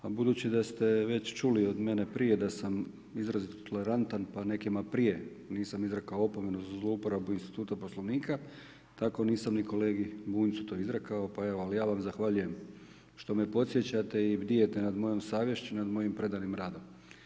A budući da ste već čuli od mene prije da sam izrazito tolerantan pa nekima prije nisam izrekao opomenu za zlouporabu instituta Poslovnika tako nisam ni kolegi Bunjcu to izrekao pa evo, ali ja vam zahvaljujem što me podsjećate i bdijete nad mojom savješću, nad mojim predanim radom.